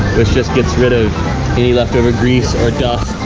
which just gets rid of any leftover grease, or dust,